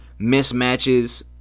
mismatches